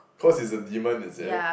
cause it's a demon is it